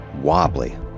wobbly